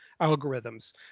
algorithms